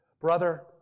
Brother